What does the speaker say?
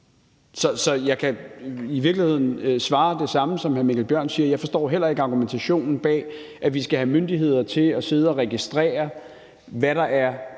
Så jeg kan i virkeligheden svare på samme måde, som hr. Mikkel Bjørn gør: Jeg forstår heller ikke argumentationen bag, at vi skal have myndigheder til at sidde og registrere, hvad der i